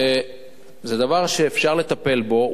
זה דבר שאפשר לטפל בו,